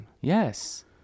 Yes